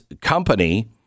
company